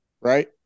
right